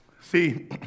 See